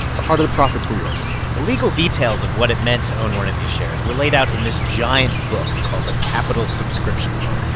a part of the profits were yours the legal details of what it meant to own one of these shares were laid out in this giant book called the capital subscription book,